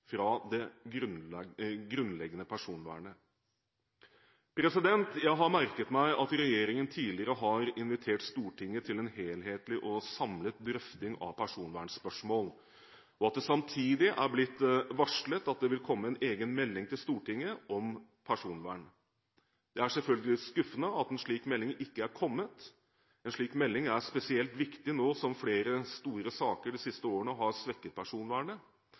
fra det grunnleggende personvernet. Jeg har merket meg at regjeringen tidligere har invitert Stortinget til en helhetlig og samlet drøfting av personvernspørsmål, og at det samtidig har blitt varslet at det vil komme en egen melding til Stortinget om personvern. Det er selvfølgelig skuffende at en slik melding ikke har kommet. En slik melding er spesielt viktig nå som flere store saker de siste årene har svekket personvernet.